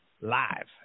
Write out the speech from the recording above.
live